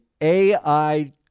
AI